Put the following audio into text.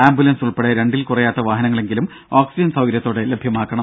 ambulance ഉൾപ്പെടെ രണ്ടിൽ കുറയാത്ത വാഹനങ്ങളെങ്കിലും ഓക്സിജൻ സൌകര്യത്തോടെ ലഭ്യമാക്കണം